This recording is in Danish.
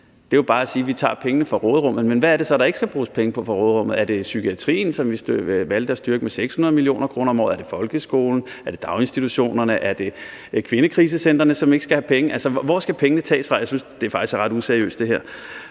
Det er jo bare at sige: Vi tager pengene fra råderummet. Men hvad er det så, der ikke skal bruges penge på fra råderummet? Er det psykiatrien, som vi valgte at styrke med 600 mio. kr. om året? Er det folkeskolen? Er det daginstitutioner? Er det kvindekrisecentrene, som ikke skal have penge? Altså, hvor skal pengene tages fra? Jeg synes faktisk, det her er ret useriøst.